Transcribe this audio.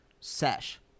sesh